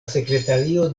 sekretario